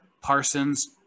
Parsons